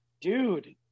dude